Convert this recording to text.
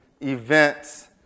events